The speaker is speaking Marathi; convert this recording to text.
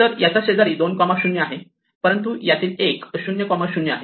तर याचा एक शेजारी 20 आहे परंतु यातील एक 00 आहे